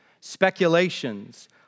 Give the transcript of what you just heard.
speculations